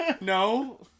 No